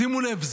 שימו לב,